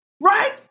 right